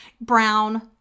brown